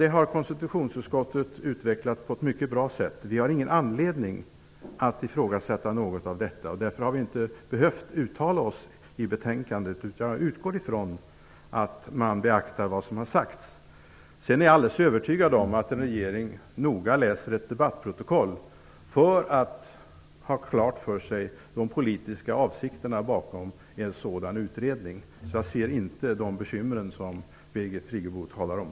Det har konstitutionsutskottet utvecklat på ett mycket bra sätt. Vi har ingen anledning att ifrågasätta något av detta, och därför har vi inte behövt uttala oss om det i betänkandet. Jag utgår ifrån att man beaktar vad som har sagts. Jag är alldeles övertygad om att regeringen noga läser debattprotokollet för att ha klart för sig de politiska avsikterna bakom en sådan utredning. Jag ser alltså inte de bekymmer som Birgit Friggebo talar om.